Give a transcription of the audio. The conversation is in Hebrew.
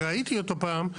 וראיתי אותו פעם,